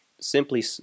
simply